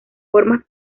formas